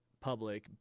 public